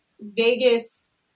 Vegas